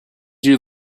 you